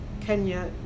Kenya